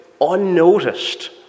unnoticed